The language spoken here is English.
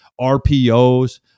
RPOs